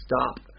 stop